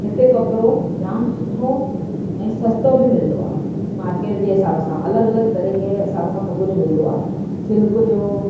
हिते कपिड़ो जाम सुठो ऐं सस्तो बि मिलंदो आहे मार्केट जे हिसाबु सां अलॻि अलॻि तरीक़े जे हिसाबु सां सभु कुझु मिलंदो आहे सिल्क जो